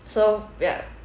so ya